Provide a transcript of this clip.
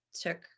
took